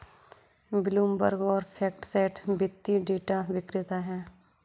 Bloomberg और FactSet वित्तीय data विक्रेता हैं